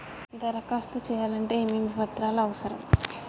దరఖాస్తు చేయాలంటే ఏమేమి పత్రాలు అవసరం?